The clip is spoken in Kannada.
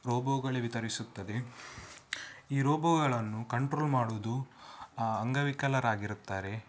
ರೋಬೋಗಳೇ ವಿತರಿಸುತ್ತದೆ ಈ ರೋಬೋಗಳನ್ನು ಕಂಟ್ರೋಲ್ ಮಾಡುವುದು ಅಂಗವಿಕಲರಾಗಿರುತ್ತಾರೆ